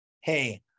hey